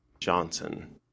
Johnson